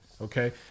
okay